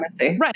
right